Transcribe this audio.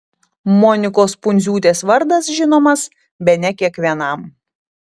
monikos pundziūtės vardas žinomas bene kiekvienam